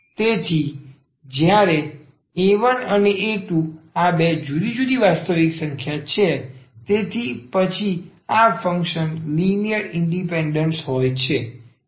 તેથી જ્યારે 1અને 2 આ બે જુદી જુદી વાસ્તવિક સંખ્યાઓ છે તેથી પછી આ ફંક્શન લિનિયર ઇન્ડિપેન્ડન્સ હોય છે